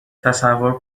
تصور